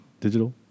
digital